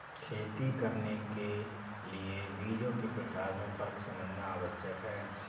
खेती करने के लिए बीजों के प्रकार में फर्क समझना आवश्यक है